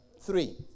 three